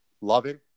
loving